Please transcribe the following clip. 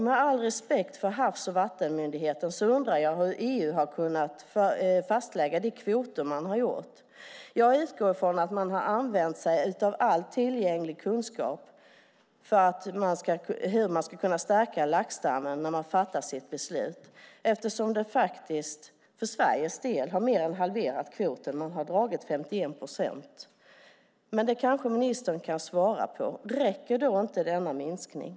Med all respekt för Havs och vattenmyndigheten undrar jag ändå hur EU kunnat fastlägga de kvoter som fastlagts. Jag utgår från att man när man fattat sitt beslut använt sig av all tillgänglig kunskap om hur laxstammen kan stärkas. För Sveriges del har kvoten mer än halverats. 51 procent har dragits bort. Kanske kan ministern ge ett svar. Räcker inte denna minskning?